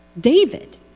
David